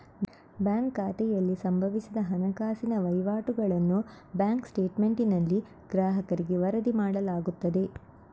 bank ಖಾತೆಯಲ್ಲಿ ಸಂಭವಿಸಿದ ಹಣಕಾಸಿನ ವಹಿವಾಟುಗಳನ್ನು ಬ್ಯಾಂಕ್ ಸ್ಟೇಟ್ಮೆಂಟಿನಲ್ಲಿ ಗ್ರಾಹಕರಿಗೆ ವರದಿ ಮಾಡಲಾಗುತ್ತದೆ